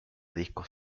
discos